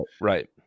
Right